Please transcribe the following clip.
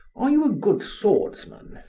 are you a good swordsman?